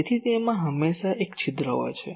તેથી તેમાં હંમેશાં એક છિદ્ર હોય છે